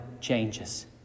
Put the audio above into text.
changes